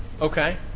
Okay